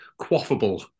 quaffable